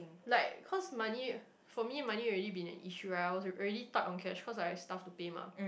like cause money for me money already been an issue right I was already tight on cash cause I have stuff to pay mah